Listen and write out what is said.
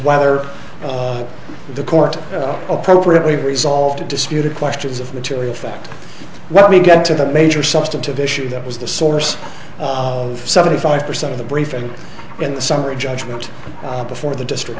whether the court appropriately resolved disputed questions of material fact when we get to the major substantive issue that was the source of seventy five percent of the briefing in the summary judgment before the district